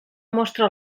mostra